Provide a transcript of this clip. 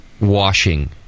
washing